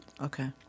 Okay